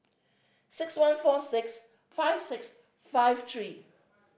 six one four six five six five three